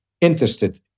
interested